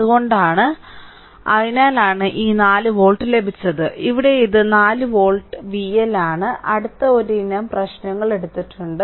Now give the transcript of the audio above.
അതുകൊണ്ടാണ് അതിനാലാണ് ഈ 4 വോൾട്ട് ലഭിച്ചത് ഇവിടെ ഇത് 4 വോൾട്ട് VL ആണ് അടുത്ത ഒരു ഇനം പ്രശ്നങ്ങൾ എടുത്തിട്ടുണ്ട്